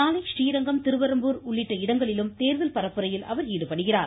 நாளை றீரங்கம் திருவரம்பூர் உள்ளிட்ட இடங்களிலும் தேர்தல் பரப்புரையில் அவர் ஈடுபடுகிறார்